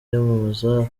yamamaza